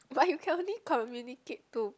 but you can only communicate to